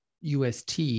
UST